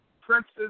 princes